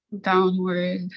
downward